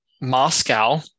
Moscow